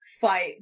fight